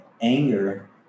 anger